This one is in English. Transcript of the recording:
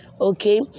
okay